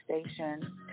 station